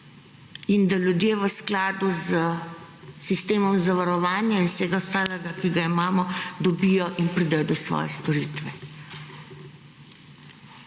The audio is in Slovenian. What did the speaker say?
in da ljudje v skladu s sistemom zavarovanja in vsega ostalega, ki ga imamo, dobijo in pridejo do svoje storitve.